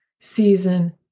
season